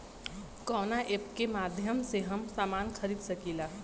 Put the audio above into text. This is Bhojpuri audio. कवना ऐपके माध्यम से हम समान खरीद सकीला?